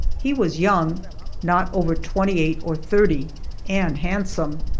he was young not over twenty-eight or thirty and handsome,